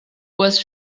was